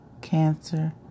Cancer